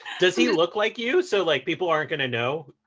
does he look like you, so like people aren't going to know?